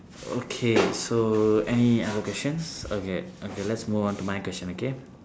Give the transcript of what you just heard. okay so any other questions okay okay let's move on to my question okay